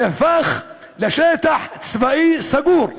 נהפך לשטח צבאי סגור.